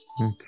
Okay